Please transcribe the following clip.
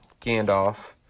Gandalf